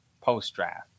post-draft